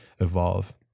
evolve